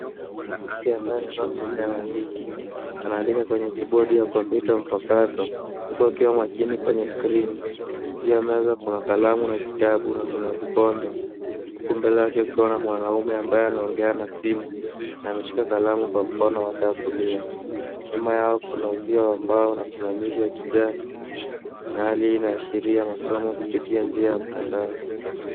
Mwanamke ambbaye amevaa[C.s]sweater ya baridi anaandika kwenye bodi ya kalamu huku akiwa makini. Juu ya meza kuna kalamu na vitabu na Kuna kikombe. Huku kando yake Kuna mwanaume ambaye anataka kulia .Nyuma yao kuna